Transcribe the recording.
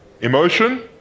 Emotion